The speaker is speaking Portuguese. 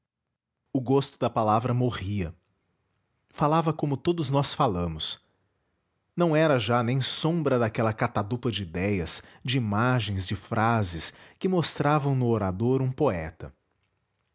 o gosto da palavra morria falava como todos nós falamos não era já nem sombra daquela catadupa de idéias de imagens de frases que mostravam no orador um poeta